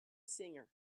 singer